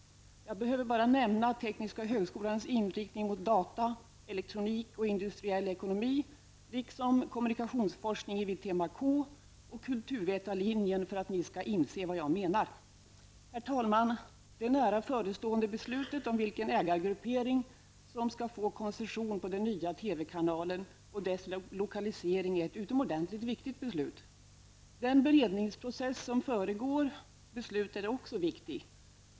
Jag behöver bara nämna Tekniska Högskolans inriktning mot data, elektronik och industriell ekonomi liksom kommunikationsforskningen vid Tema-K och kulturvetarlinjen för att ni skall inse vad jag menar. Herr talman! Det nära förestående beslutet om vilken ägargruppering som skall få koncession på den nya TV-kanalen och dess lokalisering är ett utomordentligt viktigt beslut. Den beredningsprocess som föregår beslutet är också viktig.